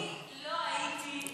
אני לא הייתי,